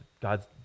God's